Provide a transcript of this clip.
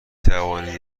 توانید